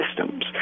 systems